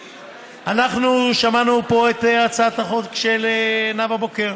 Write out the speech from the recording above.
אנחנו שמענו פה את הצעת החוק של נאוה בוקר